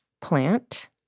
plant